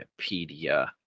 Wikipedia